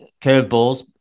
curveballs